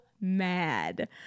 mad